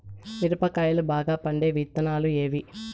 మిరప కాయలు బాగా పండే విత్తనాలు ఏవి